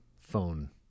phone